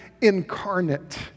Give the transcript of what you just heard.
incarnate